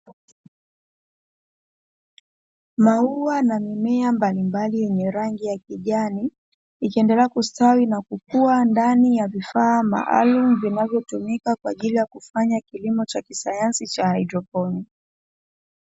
Maua na mimea mbalimbali yenye rangi ya kijani ikiendelea kustawi na kukua ndani ya vifaa maalumu, vinavyotumika kwa ajili ya kufanya kilimo cha kisayansi cha haidroponi.